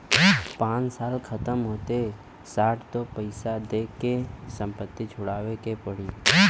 पाँच साल खतम होते साठ तो पइसा दे के संपत्ति छुड़ावे के पड़ी